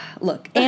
Look